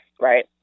right